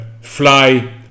fly